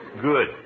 good